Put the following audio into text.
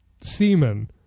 semen